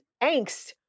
angst